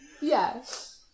Yes